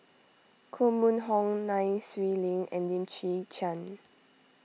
Koh Mun Hong Nai Swee Leng and Lim Chwee Chian